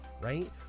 right